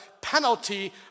penalty